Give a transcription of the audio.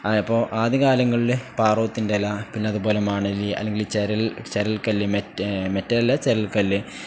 അപ്പോൾ ആദ്യ കാലങ്ങളിൽ പാറവുത്തിൻ്റെ ഇല പിന്നെ അതുപോലെ മണലിൽ അല്ലെങ്കിൽ ചരൽ ചരൽക്കല്ല് മെ മെറ്റല അല്ല ചരൽക്കല്ല്